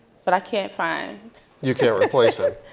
but i can't find you can't replace him.